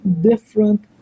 different